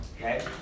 Okay